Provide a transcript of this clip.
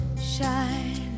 shine